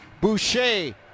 Boucher